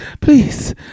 please